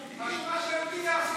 חשוב מה שהיהודים יעשו,